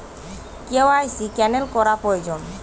KYC cancel করা প্রয়োজন?